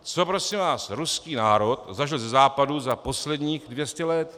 Co prosím vás ruský národ zažil ze Západu za posledních 200 let?